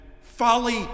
folly